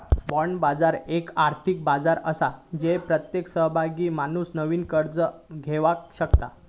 bond बाजार एक आर्थिक बाजार आसा जय प्रत्येक सहभागी माणूस नवीन कर्ज घेवक शकता